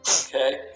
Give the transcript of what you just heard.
Okay